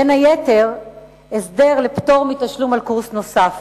ובין היתר הסדר לפטור מתשלום על קורס נוסף.